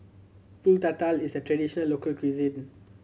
Pulut Tatal is a traditional local cuisine